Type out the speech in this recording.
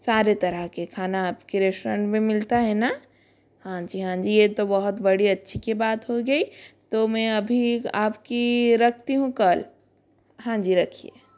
सारे तरह के खाना आपके रेश्ट्रान में मिलता है ना हाँजी हाँजी ये तो बहुत बड़ी अच्छी की बात हो गई तो मैं अभी आपकी रखती हूँ कॉल हाँजी रखिए